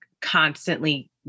constantly